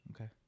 Okay